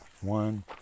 one